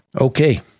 Okay